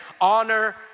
honor